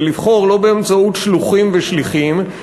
ולבחור לא באמצעות שלוחים ושליחים,